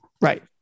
Right